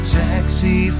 taxi